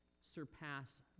surpass